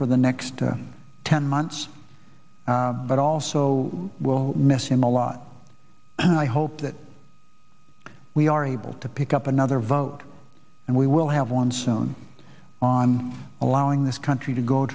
for the next ten months but also we'll miss him a lot and i hope that we are able to pick up another vote and we will have one soon on allowing this country to go